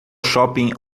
shopping